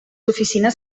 oficines